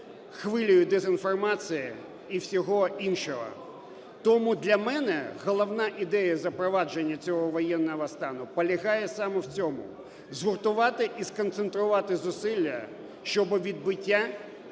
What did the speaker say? хвилею дезінформації і всього іншого. Тому для мене головна ідея запровадження цього воєнного стану полягає саме в цьому: згуртувати і сконцентрувати зусилля щодо відбиття